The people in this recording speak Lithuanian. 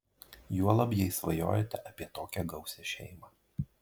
juolab jei svajojate apie tokią gausią šeimą